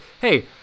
hey